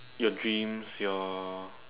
your dreams your